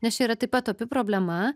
nes čia yra taip pat opi problema